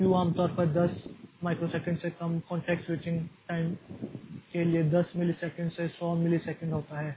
Q आमतौर पर 10 microsecond से कम कॉंटेक्स्ट स्विचिंग टाइम के लिए 10 मिलीसेकंड से 100 मिलीसेकंड होता है